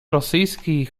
rosyjski